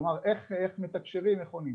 כלומר, זה איך מתקשרים ואיך עונים.